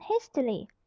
hastily